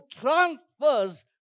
transfers